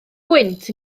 gwynt